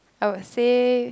I would say